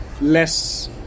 less